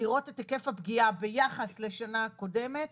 לראות את היקף הפגיעה ביחס לשנה הקודמת.